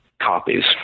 copies